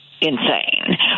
insane